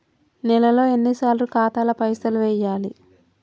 నెలలో ఎన్నిసార్లు ఖాతాల పైసలు వెయ్యాలి?